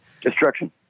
Destruction